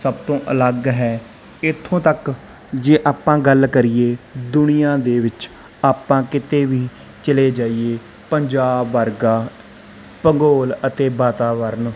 ਸਭ ਤੋਂ ਅਲੱਗ ਹੈ ਇੱਥੋਂ ਤੱਕ ਜੇ ਆਪਾਂ ਗੱਲ ਕਰੀਏ ਦੁਨੀਆ ਦੇ ਵਿੱਚ ਆਪਾਂ ਕਿਤੇ ਵੀ ਚਲੇ ਜਾਈਏ ਪੰਜਾਬ ਵਰਗਾ ਭੂਗੋਲ ਅਤੇ ਵਾਤਾਵਰਨ